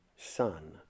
Son